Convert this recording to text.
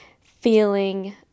feeling